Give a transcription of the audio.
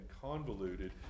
convoluted